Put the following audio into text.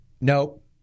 Nope